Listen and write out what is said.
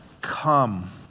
Come